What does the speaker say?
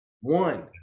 One